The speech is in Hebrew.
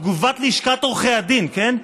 תגובת לשכת עורכי הדין, כן?